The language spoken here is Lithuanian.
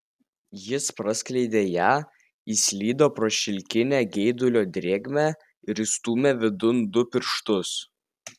jis praskleidė ją įslydo pro šilkinę geidulio drėgmę ir įstūmė vidun du pirštus